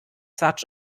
such